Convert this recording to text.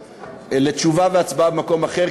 לתשובה והצבעה במועד אחר,